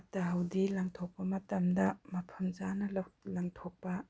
ꯐꯠꯇ ꯍꯥꯎꯊꯤ ꯂꯪꯊꯣꯛꯄ ꯃꯇꯝꯗ ꯃꯐꯝ ꯆꯥꯅ ꯂꯪꯊꯣꯛꯄ